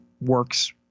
works